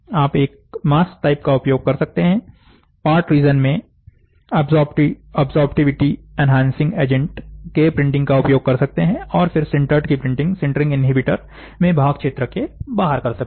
आप एक mask type का उपयोग कर सकते हैं पार्ट रीजन में अब्जॉर्प्टिविटी एनहांसिंग एजेंट के प्रिंटिंग का उपयोग कर सकते हैं और फिर सिंटर्ड की प्रिंटिंग सिंटरिंग इन्हीबिटर में भाग क्षेत्र के बाहर कर सकते हैं